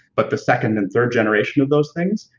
but the second and third generation of those things.